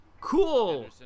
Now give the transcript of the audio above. cool